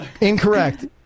Incorrect